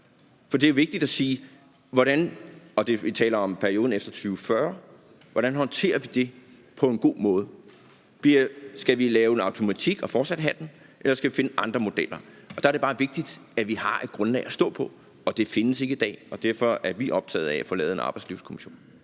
for det er vigtigt at spørge – og der taler vi om perioden efter 2040 – hvordan vi håndterer det. Skal vi lave en automatik og fortsat have den, eller skal vi finde andre modeller? Der er det bare vigtigt, at vi har et grundlag at stå på, og det findes ikke i dag. Derfor er vi optaget af at få lavet en arbejdslivskommission.